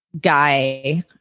guy